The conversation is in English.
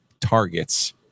targets